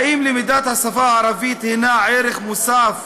האם לימוד השפה הערבית הוא ערך מוסף,